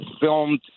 filmed